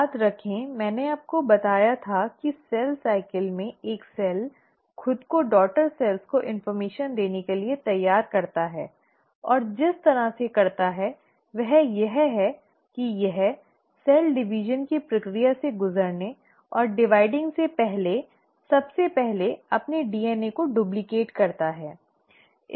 याद रखें मैंने आपको बताया था कि सेल चक्र में एक सेल खुद को डॉटर सेल्स को जानकारी देने के लिए तैयार करता है और जिस तरह से करता है वह यह है कि यह कोशिका विभाजन की प्रक्रिया से गुजरने और डिवाइडिंग से पहले सबसे पहले अपने डीएनए को डुप्लीकेट करता है